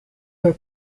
were